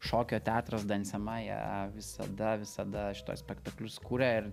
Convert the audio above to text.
šokio teatras dansema jie visada visada šituos spektaklius kuria